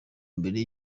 mbere